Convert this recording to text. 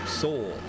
soul